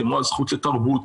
כמו הזכות לתרבות,